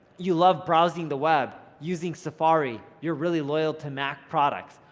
you love browsing the web using safari. you're really loyal to mac products,